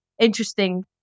interesting